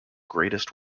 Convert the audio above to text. greatest